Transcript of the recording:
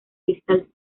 cristal